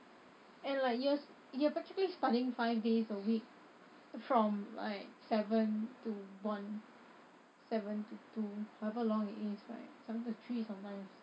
and like you~ you're practically studying five days a week from like seven to one seven to two however long it is right someti~ three sometimes